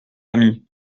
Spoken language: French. ami